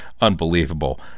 unbelievable